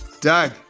Doug